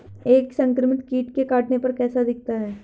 एक संक्रमित कीट के काटने पर कैसा दिखता है?